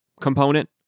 component